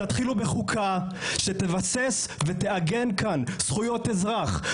תתחילו בחוקה שתבסס ותעגן כאן זכויות אזרח,